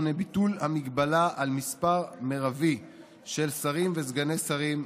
8) (ביטול המגבלה על מספרם מרבי של שרים וסגני שרים),